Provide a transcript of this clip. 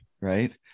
right